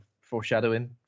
foreshadowing